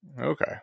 Okay